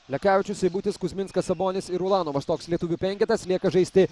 lekavičius seibutis kuzminskas sabonis ir ulanovas toks lietuvių penketas lieka žaisti